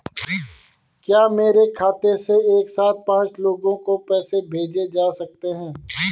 क्या मेरे खाते से एक साथ पांच लोगों को पैसे भेजे जा सकते हैं?